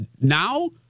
now